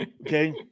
Okay